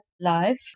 life